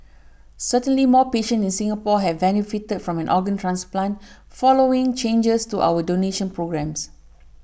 certainly more patients in Singapore have benefited from an organ transplant following changes to our donation programmes